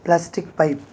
plastic pipe